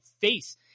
face